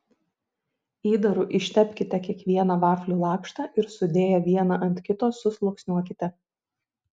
įdaru ištepkite kiekvieną vaflių lakštą ir sudėję vieną ant kito susluoksniuokite